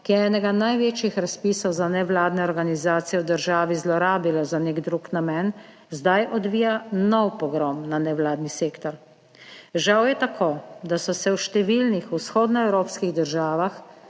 ki je enega največjih razpisov za nevladne organizacije v državi zlorabila za nek drug namen, zdaj odvija nov pogrom na nevladni sektor. Žal je tako, da so se v številnih vzhodnoevropskih državah